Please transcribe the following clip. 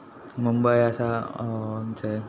मुंबय आसा